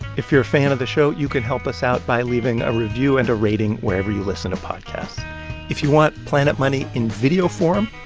if you're a fan of the show, you could help us out by leaving a review and a rating wherever you listen to podcasts if you want planet money in video form,